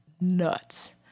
nuts